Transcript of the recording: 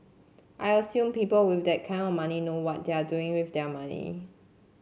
I assume people with that kind of money know what they're doing with their money